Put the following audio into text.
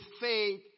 faith